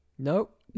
Nope